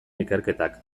ikerketak